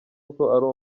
uko